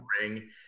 ring